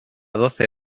doce